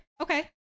Okay